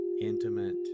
intimate